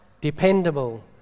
dependable